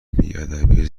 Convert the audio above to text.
بیادبی